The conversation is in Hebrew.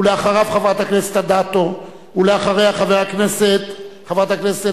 ואחריו, חברת הכנסת אדטו, אחריה, חברת הכנסת